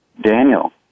Daniel